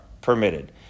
permitted